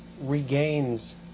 regains